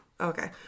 Okay